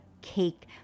cake